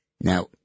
Now